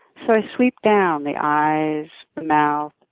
so i sweep down the eyes, the mouth.